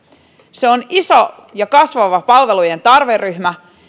siinä on iso ja kasvava palvelujen tarve